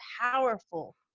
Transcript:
powerful